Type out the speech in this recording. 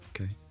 Okay